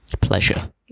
pleasure